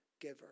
giver